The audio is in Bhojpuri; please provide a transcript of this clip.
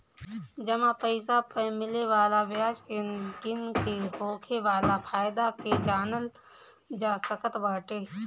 जमा पईसा पअ मिले वाला बियाज के गिन के होखे वाला फायदा के जानल जा सकत बाटे